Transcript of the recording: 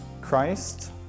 Christ